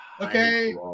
Okay